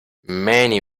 many